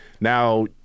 now